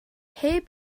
heb